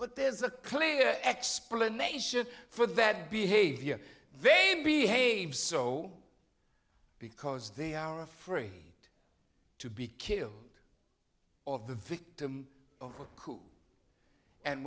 but there is a clear explanation for that behavior they behaved so because they are free to be killed all of the victims of cool and